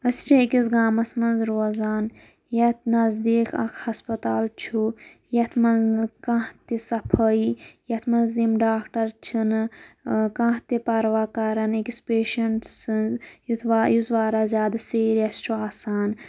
أسۍ چھِ أکِس گامَس مَنٛز روزان یَتھ نٔزدیٖک اَکھ ہَسپَتال چھُ یَتھ مَنٛز نہٕ کانٛہہ تہِ صَفٲئی یَتھ مَنٛز نہٕ یِم ڈاکٹَر چھِ نہٕ کانٛہہ تہِ پَرواہ کَران أکِس پیشنٛٹ سٕنٛز یُتھ وا یُس واریاہ زیادٕ سیٖرِیَس چھُ آسان